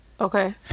Okay